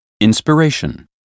inspiration